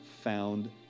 found